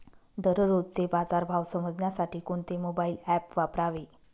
दररोजचे बाजार भाव समजण्यासाठी कोणते मोबाईल ॲप वापरावे?